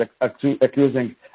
accusing